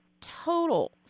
total